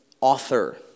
author